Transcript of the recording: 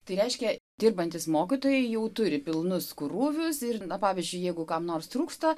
tai reiškia dirbantys mokytojai jau turi pilnus krūvius ir na pavyzdžiui jeigu kam nors trūksta